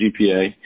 GPA